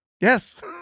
Yes